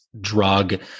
drug